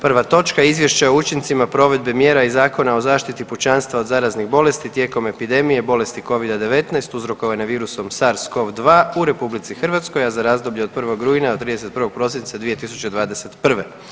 Prva točka: - Izvješće o učincima provedbe mjera iz Zakona o zaštiti pučanstva od zaraznih bolesti tijekom epidemije bolesti Covid-19 uzrokovane virusom SARS-CoV-2 u RH, za razdoblje od 1. rujna do 31. prosinca 2021.